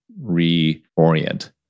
reorient